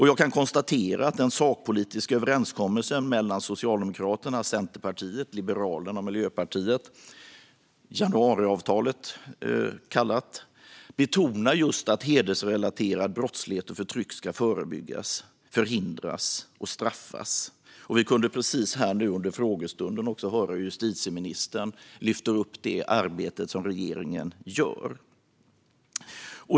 Jag kan konstatera att den sakpolitiska överenskommelsen mellan Socialdemokraterna, Centerpartiet, Liberalerna och Miljöpartiet - januariavtalet kallat - betonar att hedersrelaterad brottslighet och förtryck ska förebyggas, förhindras och straffas. Under frågestunden nyss kunde vi höra justitieministern lyfta fram det arbete som regeringen gör.